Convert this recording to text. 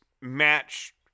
match